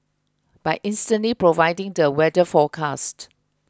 by instantly providing the weather forecast